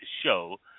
show